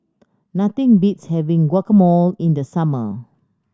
nothing beats having Guacamole in the summer